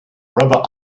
rubber